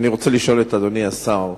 אני רוצה לשאול את אדוני השר,